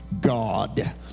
God